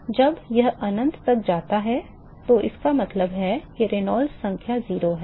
तो जब यह अनंत तक जाता है तो इसका मतलब है कि रेनॉल्ड्स संख्या 0 है